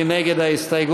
מי נגד ההסתייגות?